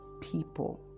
people